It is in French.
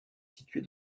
située